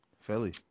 Philly